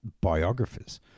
biographers